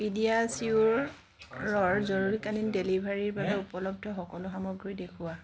পিডিয়াচিয়োৰৰ জৰুৰীকালীন ডেলিভাৰীৰ বাবে উপলব্ধ সকলো সামগ্ৰী দেখুওৱা